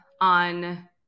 on